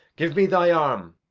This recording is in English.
give me thy arm.